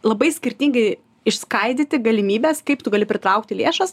labai skirtingai išskaidyti galimybes kaip tu gali pritraukti lėšas